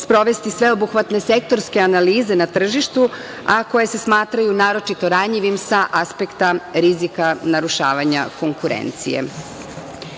sprovesti sveobuhvatne sektorske analize na tržištu, a koje se smatraju naročito ranjivim sa aspekta rizika narušavanja konkurencije. Sve